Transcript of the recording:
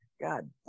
God